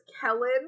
Kellen